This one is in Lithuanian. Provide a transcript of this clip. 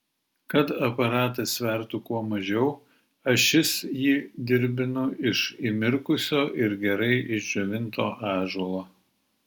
kad aparatas svertų kuo mažiau ašis jį dirbdinu iš įmirkusio ir gerai išdžiovinto ąžuolo